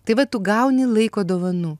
tai va tu gauni laiko dovanų